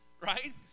right